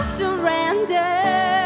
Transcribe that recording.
surrender